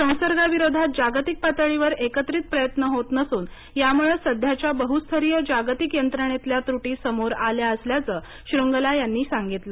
संसर्गाविरोधात जगातिक पातळीवर एकत्रित प्रयत्न होत नसून यामुळं सध्याच्या बहुस्तरीय जागतिक यंत्रणेतल्या त्रुटी समोर आल्या असल्याचं श्रुंगला यांनी सांगितलं